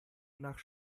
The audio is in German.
nach